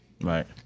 Right